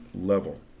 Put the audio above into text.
level